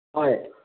ꯍꯣꯏ